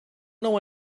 know